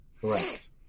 Correct